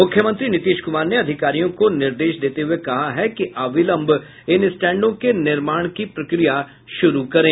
मुख्यमंत्री नीतीश कुमार ने अधिकारियों को निर्देश देते हुये कहा है कि अविलंब इन स्टैंडों के निर्माण की प्रक्रिया शुरू करें